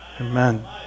Amen